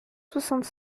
soixante